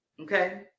Okay